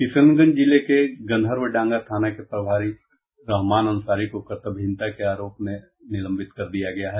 किशनगंज जिले के गन्धर्वडांगा थाना के प्रभारी रहमान अंसारी को कर्तव्यहीनता के आरोप में निलंबित कर दिया गया है